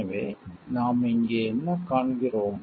எனவே நாம் இங்கே என்ன காண்கிறோம்